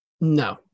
No